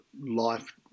life